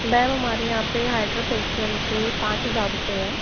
ma'am हमारे यहाँ पे हाइड्रा फ़ेशिअल के पाँच हज़ार रुपये हैं